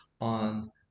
on